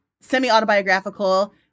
semi-autobiographical